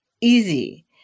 easy